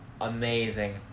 amazing